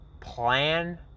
plan